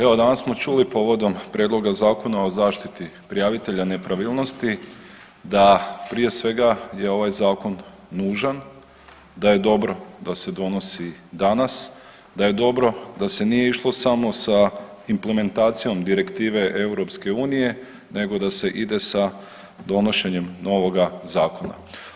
Evo danas smo čuli povodom Prijedloga zakona o zaštiti prijavitelja nepravilnosti da prije svega je ovaj zakon nužan, da je dobro da se donosi danas, da je dobro da se nije išlo samo sa implementacijom Direktive EU, nego da se ide sa donošenjem novoga zakona.